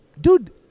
dude